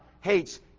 hates